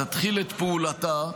תתחיל את פעולתה,